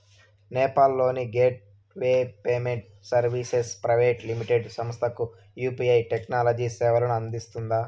నేపాల్ లోని gateway payment services private limited సంస్థకు UPI technology సేవలను అందిస్తుందా?